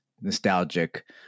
nostalgic